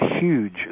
huge